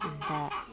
अन्त